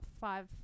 five